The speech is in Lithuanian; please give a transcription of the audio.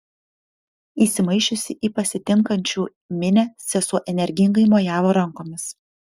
įsimaišiusi į pasitinkančių minią sesuo energingai mojavo rankomis